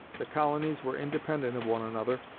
the colonies were independent of one another,